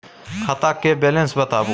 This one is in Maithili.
खाता के बैलेंस बताबू?